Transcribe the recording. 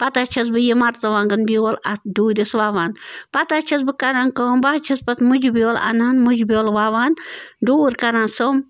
پتہٕ حظ چھَس بہٕ یہِ مرژٕوانٛگن بیول اَتھ ڈوٗرِس وَوان پتہٕ حظ چھَس بہٕ کَران کٲم بہٕ حظ چھَس پتہٕ مٕجہِ بیول اَنان مٕجہِ بیول وَوان ڈوٗر کَران سوٚمب